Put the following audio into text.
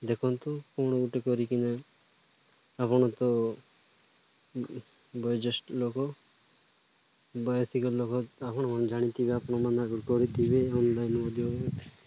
ଦେଖନ୍ତୁ କ'ଣ ଗୋଟେ କରିକିନା ଆପଣ ତ ବୟଜ୍ୟେଷ୍ଠ ଲୋକ ବୟସିକ ଲୋକ ଆପଣ ଜାଣିଥିବେ ଆପଣ ମାନେ କରିଥିବେ ଅନଲାଇନ୍ ଉଦ୍ୟ